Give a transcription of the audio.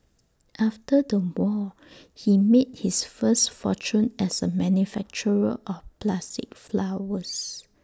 after the war he made his first fortune as A manufacturer of plastic flowers